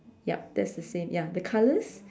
yup that's the same ya the colour